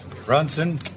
Brunson